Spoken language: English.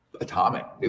atomic